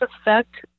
affect